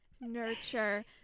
nurture